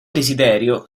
desiderio